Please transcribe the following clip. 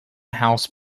house